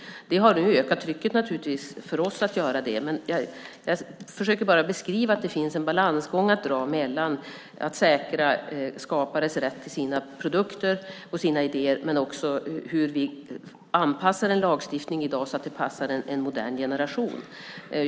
Det har naturligtvis ökat trycket på oss att göra det. Jag försöker bara beskriva att det finns en balansgång mellan att säkra skapares rätt till sina produkter och idéer och att anpassa en lagstiftning i dag så att den passar en modern generation.